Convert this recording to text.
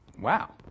wow